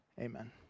Amen